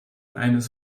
eines